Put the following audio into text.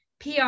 PR